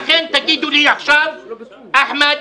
לכן תגידו לי עכשיו, אחמד,